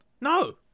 No